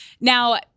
Now